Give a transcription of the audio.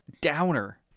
downer